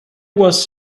was